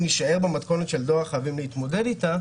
נישאר במתכונת של דואר חייבים להתמודד איתה,